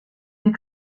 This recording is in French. des